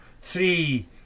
three